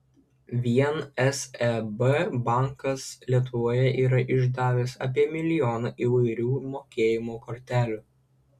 vien seb bankas lietuvoje yra išdavęs apie milijoną įvairių mokėjimo kortelių